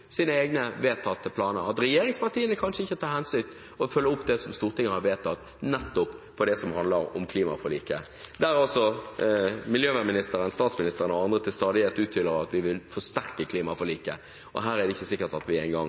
sine egne vedtatte planer, at regjeringspartiene kanskje ikke har til hensikt å følge opp det Stortinget har vedtatt om det som handler om klimaforliket – der altså miljøministeren, statsministeren og andre til stadighet uttrykker at de vil forsterke klimaforliket. Her er det ikke sikkert at vi